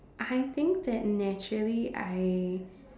I think that naturally I